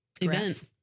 event